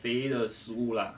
肥的食物啦